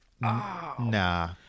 nah